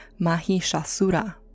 Mahishasura